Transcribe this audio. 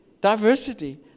diversity